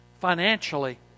financially